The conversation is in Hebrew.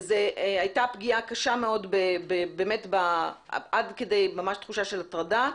הייתה פגיעה קשה מאוד עד כדי תחושה של הטרדה.